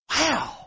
wow